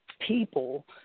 people